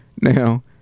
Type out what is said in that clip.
Now